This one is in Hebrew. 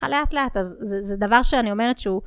לאט לאט זה דבר שאני אומרת שהוא